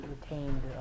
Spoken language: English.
retained